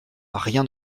rien